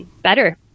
better